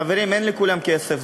חברים, אין לכולם כסף.